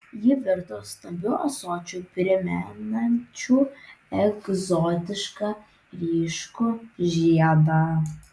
ji virto stambiu ąsočiu primenančiu egzotišką ryškų žiedą